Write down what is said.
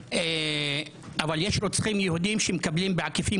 אבל יש רוצחים יהודים שמקבלים בעקיפין